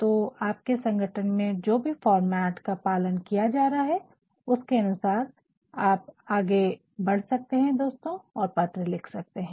तो आपके संगठन में जो भी फॉर्मेट का पालन किया जा रहा है उसके अनुसार आप आगे बढ़सकते है दोस्तों और पत्र लिख सकते है